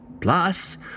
Plus